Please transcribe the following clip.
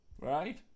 Right